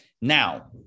Now